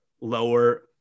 lower